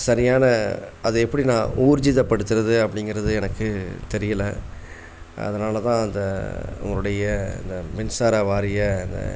சரியான அதை எப்படி நான் ஊர்ஜிதப்படுத்துவது அப்படிங்கிறது எனக்கு தெரியலை அதனால் தான் அதை உங்களுடைய இந்த மின்சாரவாரிய அந்த